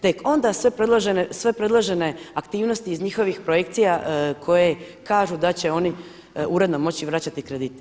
Tek onda sve predložene aktivnosti iz njihovih projekcija koje kažu da će oni uredno moći vraćati kredit.